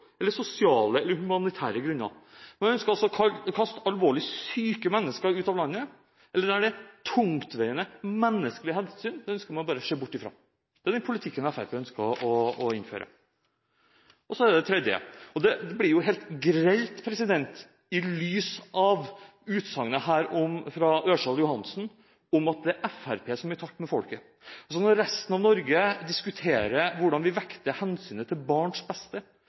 eller fjerne muligheten for å få opphold på bakgrunn av tvingende helsemessige forhold, sosiale eller humanitære grunner. Man ønsker altså å kaste alvorlig syke mennesker ut av landet. Tungtveiende menneskelige hensyn ønsker man bare å se bort fra. Det er den politikken Fremskrittspartiet ønsker å innføre. Og det tredje: Det blir jo helt grelt, i lys av utsagnet til Ørsal Johansen om at det er Fremskrittspartiet som er i takt med folket, at når resten av Norge diskuterer hvordan vi vekter hensynet til barns beste